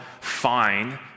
fine